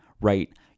right